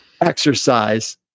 exercise